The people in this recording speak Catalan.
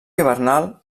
hivernal